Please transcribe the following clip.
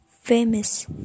famous